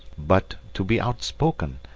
but, to be outspoken,